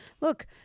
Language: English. Look